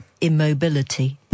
immobility